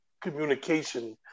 communication